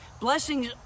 Blessings